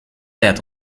tijd